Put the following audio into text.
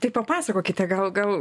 tai papasakokite gal gal